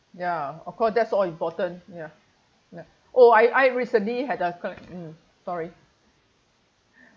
ya of course that's all important ya ya oh I I recently had uh mm sorry